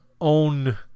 own